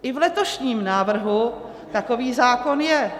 I v letošním návrhu takový zákon je.